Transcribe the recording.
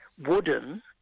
wooden